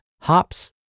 hops